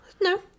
No